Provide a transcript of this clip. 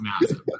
massive